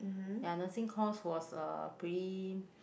ya nursing course was a pretty